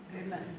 Amen